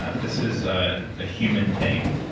ah this is a ah human thing.